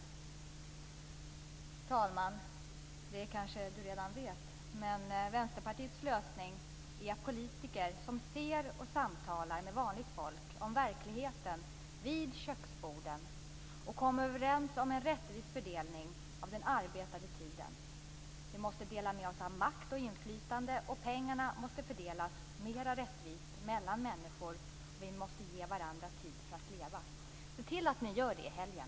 Herr talman kanske redan vet att Vänsterpartiets lösning är politiker som ser och samtalar med vanligt folk om verkligheten vid köksborden och kommer överens om en rättvis fördelning av den arbetade tiden. Vi måste dela med oss av makt och inflytande, pengarna måste fördelas mer rättvist mellan människor, och vi måste ge varandra tid att leva. Se till att ni gör det i helgen!